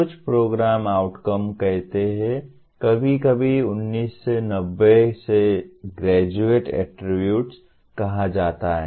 कुछ programme outcome कहते है कभी कभी 1990s से ग्रेजुएट एट्रीब्यूट कहा जाता है